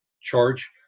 charge